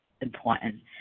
important